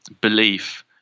belief